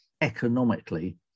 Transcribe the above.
economically